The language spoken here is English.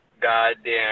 goddamn